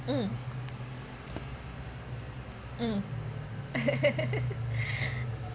mm mm